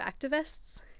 activists